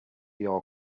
your